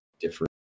different